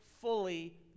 fully